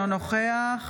אינו נוכח